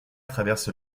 traverse